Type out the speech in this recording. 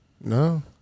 No